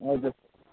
हजुर